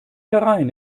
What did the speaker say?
herein